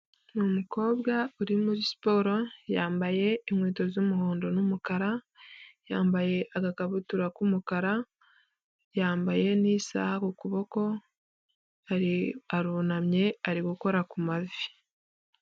Ni umukobwa uri muri siporo yambaye inkweto z'umuhondo n'umukara, yambaye agakabutura k'umukara, yambaye n'isaha ku kuboko arunamye ari gukora ku mavi.